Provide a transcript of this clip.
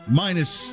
minus